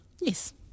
Yes